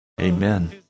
Amen